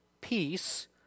peace